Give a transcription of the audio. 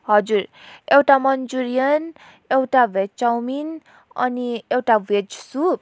हजुर एउटा मन्चुरियन एउटा भेज चौमिन अनि एउटा भेज सुप